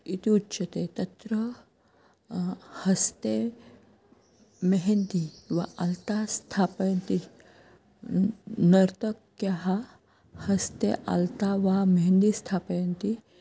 इत्युच्यते तत्र हस्ते मेहन्दी वा अल्ता स्थापयन्ति नर्तक्यः हस्ते अल्ता वा मेहन्दी स्थापयन्ति